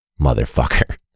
motherfucker